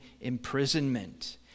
imprisonment